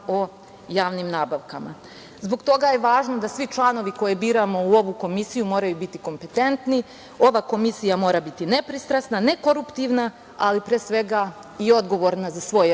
javnim nabavkama. Zbog toga je važno da svi članovi koje biramo u ovu Komisiju moraju biti kompetentni, ova Komisija mora biti nepristrasna, nekoruptivna, ali pre svega i odgovorna za svoj rad.